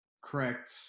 correct